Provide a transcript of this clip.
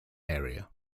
area